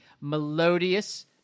melodious